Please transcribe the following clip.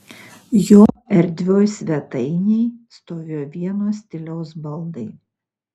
jo erdvioj svetainėj stovėjo vienos stiliaus baldai